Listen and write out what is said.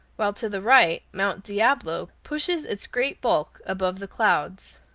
while to the right mount diablo pushes its great bulk above the clouds.